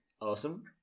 awesome